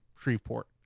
Shreveport